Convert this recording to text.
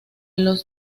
los